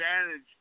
advantage